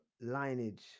lineage